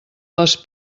les